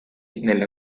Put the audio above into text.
nella